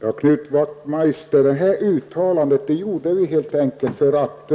Herr talman! Detta uttalande gjorde utskottsmajoriteten helt enkelt för att